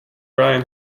ryan